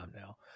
now